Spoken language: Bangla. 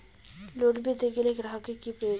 লোন পেতে গেলে গ্রাহকের কি প্রয়োজন?